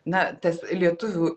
na tas lietuvių